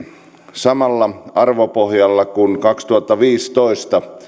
samalla arvopohjalla kuin millä kaksituhattaviisitoista